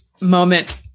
moment